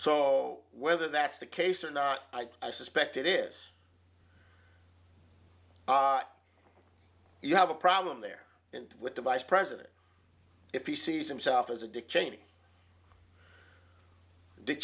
so whether that's the case or not i suspect it is you have a problem there and with the vice president if he sees himself as a dick cheney dick